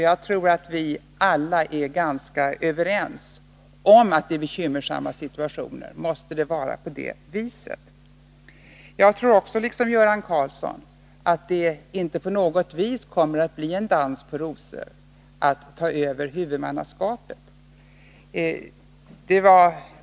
Jag tror också att vi alla är ganska överens om att det i bekymmersamma situationer är nödvändigt att inrikta utgifterna på sådana områden jag här berörde. Jag tror liksom Göran Karlsson att det inte på något sätt kommer att bli en dans på rosor att ta över huvudmannaskapet.